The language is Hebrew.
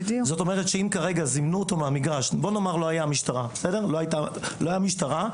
נניח ולא היתה משטרה,